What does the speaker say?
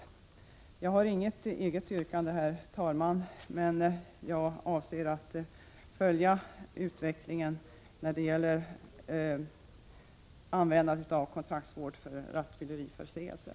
Jag har inget eget yrkande, herr talman, men jag avser att följa utvecklingen när det gäller användandet av kontraktsvård för rattfylleriförseelser.